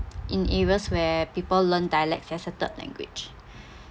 in areas where people learn dialect as a third language